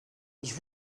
was